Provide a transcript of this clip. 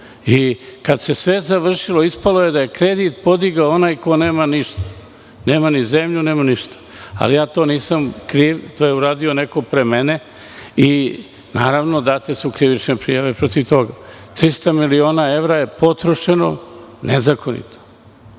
Kada se sve završilo, ispalo je da je kredit podigao onaj ko nema ništa, nema ni zemlju, nema ništa. Ja za to nisam kriv, to je uradio neko pre mene. Naravno, date su krivične prijave protiv toga. Nezakonito je potrošeno 300 miliona